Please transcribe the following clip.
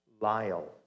Lyle